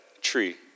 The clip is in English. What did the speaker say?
tree